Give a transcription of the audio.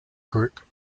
group